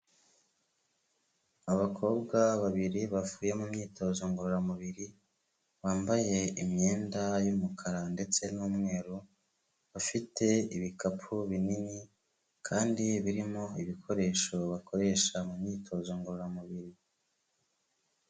Abakobwa babiri bavuye mu myitozo ngororamubiri, bambaye imyenda y'umukara ndetse n'umweru, bafite ibikapu binini kandi birimo ibikoresho bakoresha mu myitozo ngororamubiri.